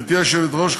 גברתי היושבת-ראש,